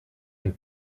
hun